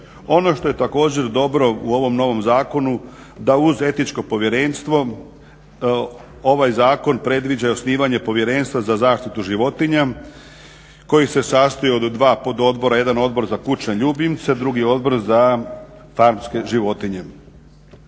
Ono što je također dobro u ovom novom zakonu da uz etičko povjerenstvo ovaj zakon predviđa i osnivanje povjerenstva za zaštitu životinja koji se sastoji od 2 pod odbora, jedan odbor za kućne ljubimce, drugi odbor za farmske životinje.